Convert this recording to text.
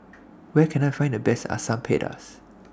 Where Can I Find The Best Asam Pedas